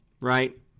right